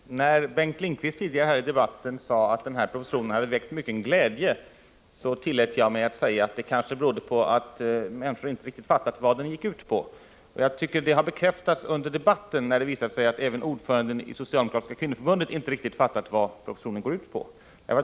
Herr talman! När Bengt Lindqvist tidigare i debatten sade att propositionen har väckt mycken glädje tillät jag mig att säga att det kanske berodde på att människor inte riktigt hade fattat vad den gick ut på. Att så verkligen är fallet tycker jag har bekräftats under debatten, när det visar sig att även ordföranden i socialdemokratiska kvinnoförbundet inte riktigt vet vad propositionen går ut på.